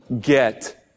get